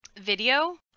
video